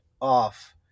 off